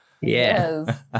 Yes